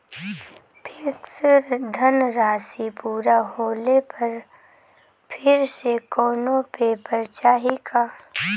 Fix धनराशी पूरा होले पर फिर से कौनो पेपर चाही का?